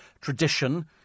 tradition